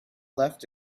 left